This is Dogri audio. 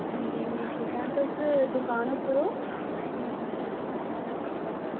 हां जी मैं ठीक आं तुस दुकान उप्पर ओ